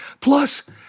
Plus